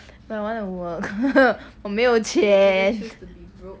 but I wanna work 我没有钱